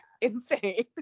Insane